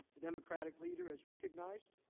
the democratic leader is recognized.